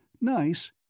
Nice